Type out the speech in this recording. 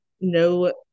no